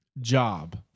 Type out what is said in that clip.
job